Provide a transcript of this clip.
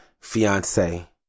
fiance